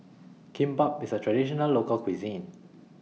Kimbap IS A Traditional Local Cuisine